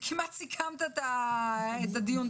כמעט סיכמת את הדיון.